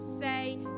Say